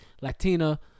Latina